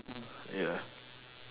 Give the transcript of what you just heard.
ya